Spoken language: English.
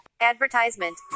Advertisement